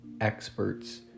experts